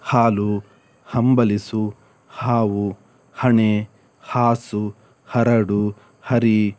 ಹಾಲು ಹಂಬಲಿಸು ಹಾವು ಹಣೆ ಹಾಸು ಹರಡು ಹರಿ